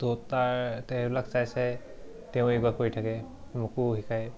ত' তাৰ তে এইবিলাক চাই চাই তেওঁ য়ৌগা কৰি থাকে মোকো শিকায়